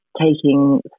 taking